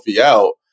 out